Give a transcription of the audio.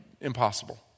impossible